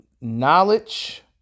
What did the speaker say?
knowledge